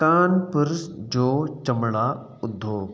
तानपुर जो चमड़ा उद्योग